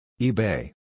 eBay